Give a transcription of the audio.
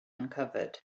uncovered